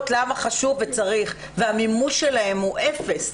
למה חשוב וצריך והמימוש שלהן הוא אפס,